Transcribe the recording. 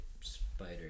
spider